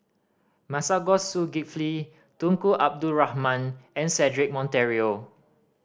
Masagos Zulkifli Tunku Abdul Rahman and Cedric Monteiro